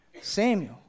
Samuel